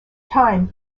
time